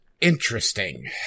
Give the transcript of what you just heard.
interesting